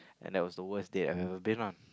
and that was the worse date I've every been on